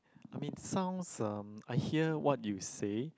I mean sounds um I hear what you say